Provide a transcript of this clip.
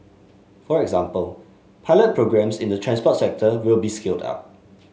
for example pilot programmes in the transport sector will be scaled up